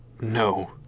No